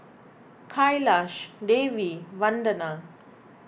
Kailash Devi Vandana